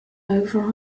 over